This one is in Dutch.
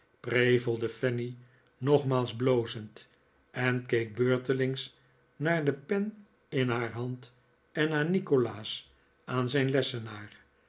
prevelde fanny nogmaals blozend en keek beurtelings naar de pen in har hand en naar nikolaas aan zijn lessenaar